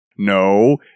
No